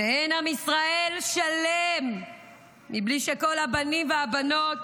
ואין עם ישראל שלם מבלי שכל הבנים והבנות